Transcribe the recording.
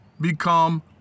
become